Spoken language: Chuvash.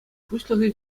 пуҫлӑхӗ